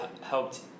helped